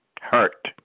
hurt